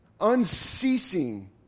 unceasing